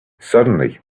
suddenly